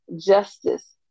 justice